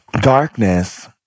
darkness